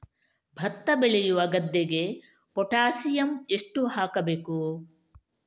ಭತ್ತ ಬೆಳೆಯುವ ಗದ್ದೆಗೆ ಪೊಟ್ಯಾಸಿಯಂ ಎಷ್ಟು ಹಾಕಬೇಕು?